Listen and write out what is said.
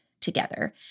together